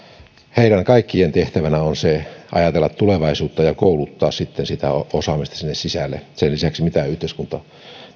heidän kaikkien tehtävänä on ajatella tulevaisuutta ja kouluttaa sitä osaamista sinne sisälle sen lisäksi mitä yhteiskunta